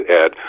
add